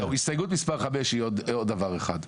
הסתייגות מספר 5 היא עוד דבר אחד.